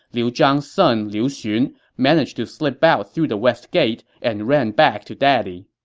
liu zhang's son liu xun, managed to slip out through the west gate and ran back to daddy